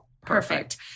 Perfect